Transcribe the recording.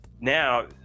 Now